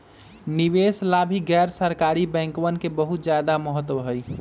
निवेश ला भी गैर सरकारी बैंकवन के बहुत ज्यादा महत्व हई